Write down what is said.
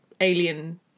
alien